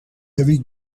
heavy